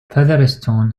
featherston